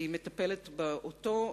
היא מטפלת באותה